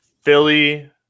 Philly